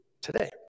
today